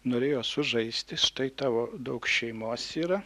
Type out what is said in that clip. norėjo sužaisti štai tavo daug šeimos yra